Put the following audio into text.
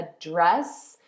address